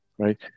right